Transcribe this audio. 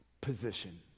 position